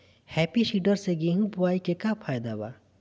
Happy seeder से गेहूं बोआई के का फायदा बा?